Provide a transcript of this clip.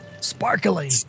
Sparkling